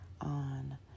on